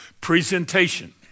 presentation